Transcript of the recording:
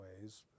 ways